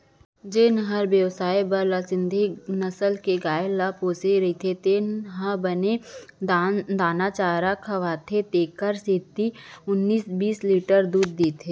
जेन हर बेवसाय बर लाल सिंघी नसल के गाय ल पोसे रथे तेन ह बने दाना चारा खवाथे तेकर सेती ओन्नाइस बीस लीटर दूद देथे